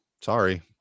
Sorry